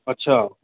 अच्छा